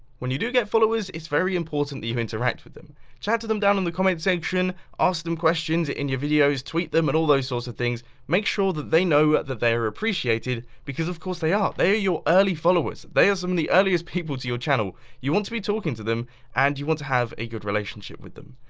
when you do get followers it's very important that you interact with them. chat to them down in the comment section, ask them questions in your videos tweet them and all those sorts of things make sure that they know that they are appreciated because of course they are they are your early followers they are some the earliest people to your channel you want to be talking to them and you want to have a good relationship with them.